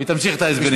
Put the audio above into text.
ותמשיך את ההסברים שלך.